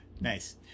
Nice